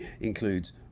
includes